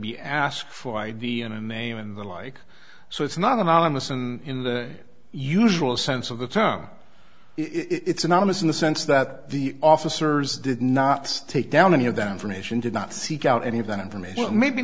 be asked for id and name and the like so it's not anonymous in the usual sense of the term it's anonymous in the sense that the officers did not take down any of that information did not seek out any of that information maybe